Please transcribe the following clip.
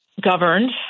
governed